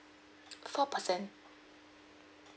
four percent